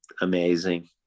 amazing